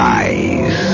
eyes